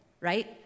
right